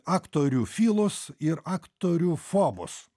aktorių filus ir aktorių fobus